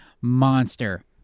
monster